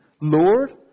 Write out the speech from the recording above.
Lord